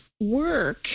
work